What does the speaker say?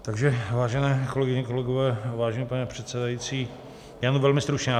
Takže vážené kolegyně, kolegové, vážený pane předsedající, jen velmi stručně.